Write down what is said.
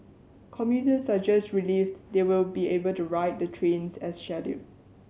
commuters are just relieved they will be able to ride the trains as scheduled